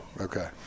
Okay